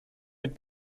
mit